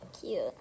cute